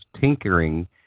tinkering